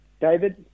David